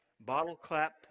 bottle-clap